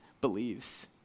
believes